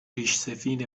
ریشسفید